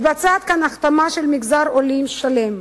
מתבצעת כאן הכתמה של מגזר עולים שלם.